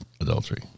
adultery